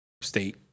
state